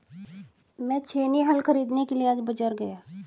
मैं छेनी हल खरीदने के लिए आज बाजार गया